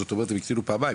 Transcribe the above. זאת אומרת הם הקטינו פעמיים,